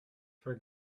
for